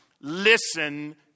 Listen